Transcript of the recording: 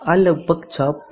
તેથી આ લગભગ 6